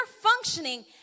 functioning